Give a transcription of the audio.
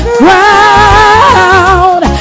ground